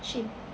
SHEIN